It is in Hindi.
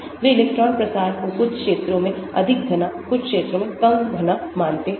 वे इलेक्ट्रॉन प्रसार को कुछ क्षेत्रों में अधिक घना कुछ क्षेत्रों में कम घना मानते हैं